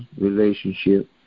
relationship